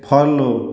follow